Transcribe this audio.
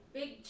big